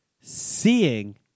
seeing